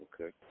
Okay